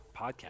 podcast